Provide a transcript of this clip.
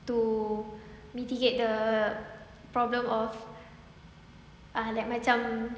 to mitigate the problem of ah like macam